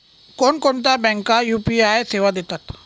कोणकोणत्या बँका यू.पी.आय सेवा देतात?